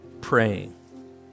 praying